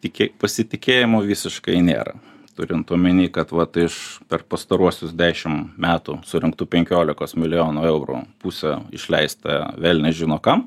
tikė pasitikėjimo visiškai nėra turint omeny kad vat iš per pastaruosius dešim metų surinktų penkiolikos milijonų eurų pusė išleista velnias žino kam